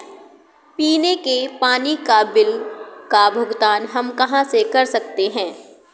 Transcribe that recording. पीने के पानी का बिल का भुगतान हम कहाँ कर सकते हैं?